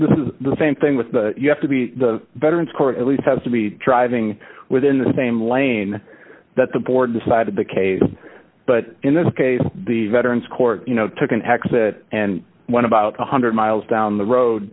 this is the same thing with you have to be the veterans court at least has to be driving within the same lane that the board decided the case but in this case the veterans court you know took an exit and one about one hundred miles down the road